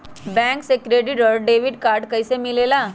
Bank से credit और debit card कैसी मिलेला?